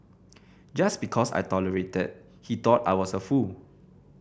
just because I tolerated he thought I was a fool